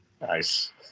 nice